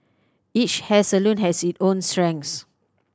each hair salon has its own strengths